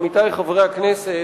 עמיתי חברי הכנסת,